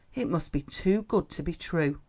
it must be too good to be true!